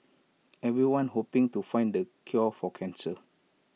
everyone's hoping to find the cure for cancer